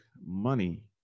money